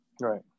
right